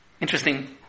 Interesting